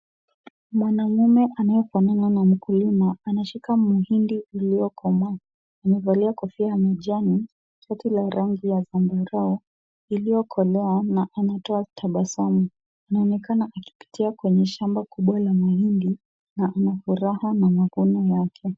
Mwanaume anayefanana na mkulima anashika mahindi iliyokomaa, amevalia kofia ya kijani, koti la rangi ya zambarau iliyokolea na anatoa tabasamu. Anaonekana akipitia kwenye shamba kubwa la mahindi na anafuraha na mikono yake.